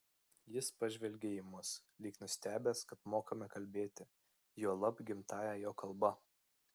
jis pažvelgė į mus lyg nustebęs kad mokame kalbėti juolab gimtąja jo kalba